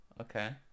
okay